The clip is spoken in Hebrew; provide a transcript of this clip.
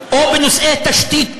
או בנושאי תשתית